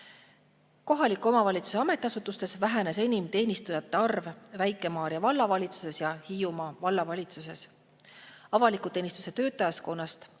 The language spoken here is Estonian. Kohaliku omavalitsuse ametiasutustes vähenes enim teenistujate arv Väike-Maarja Vallavalitsuses ja Hiiumaa Vallavalitsuses. Avaliku teenistuse töötajaskonnast